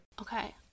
Okay